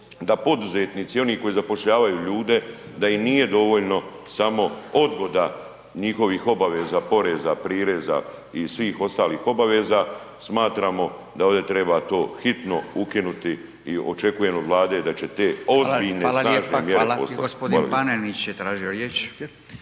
da poduzetnici i oni koji zapošljavaju ljude da im nije dovoljno samo odgoda njihovih obaveza poreza, prireza i svih ostalih obaveza, smatramo da ovdje treba to hitno ukinuti i očekujem od Vlade da će te ozbiljne, snažne mjere poslati. Hvala lijepo. **Radin, Furio